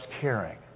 caring